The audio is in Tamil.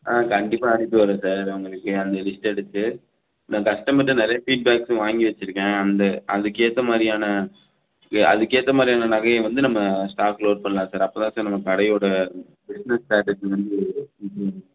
ஆ கண்டிப்பாக அனுப்பி விடறேன் சார் உங்களுக்கு அந்த லிஸ்ட்டை எடுத்து நான் கஸ்டமர்கிட்ட நிறையா ஃபீட்பேக்ஸும் வாங்கி வைச்சுருக்கேன் அந்த அதுக்கேற்ற மாதிரியான அதுக்கேற்ற மாதிரியான நகையை வந்து நம்ம ஸ்டாக் லோட் பண்ணலாம் சார் அப்போ தான் சார் நம்ம கடையோடய பிஸ்னஸ் ஸ்ட்ராட்டஜி வந்து